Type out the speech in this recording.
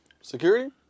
security